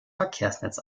verkehrsnetz